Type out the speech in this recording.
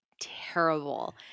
terrible